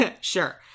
Sure